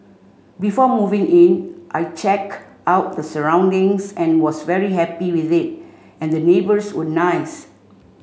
before moving in I check out the surroundings and was very happy with it and the neighbours were nice